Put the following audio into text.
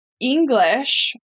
English